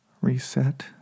reset